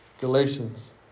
Galatians